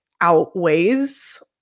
outweighs